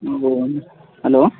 hello